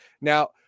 now